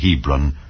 Hebron